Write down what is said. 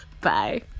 Bye